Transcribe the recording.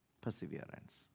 Perseverance